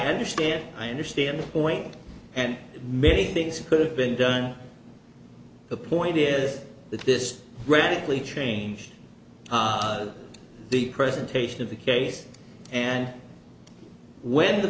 understand i understand the point and maybe things could have been done the point is that this radically changed the presentation of the case and when the